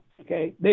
Okay